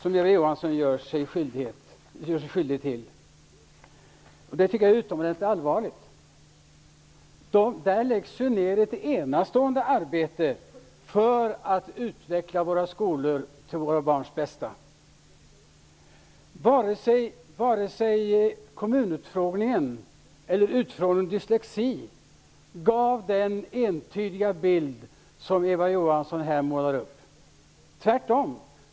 Det är utomordentligt allvarligt. Man lägger ned ett enastående arbete för att utveckla våra skolor för våra barns bästa. Vare sig kommunutfrågningen eller utfrågningen om dyslexi gav den entydiga bild som Eva Johansson här målar upp.